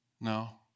No